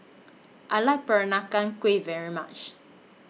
I like Peranakan Kueh very much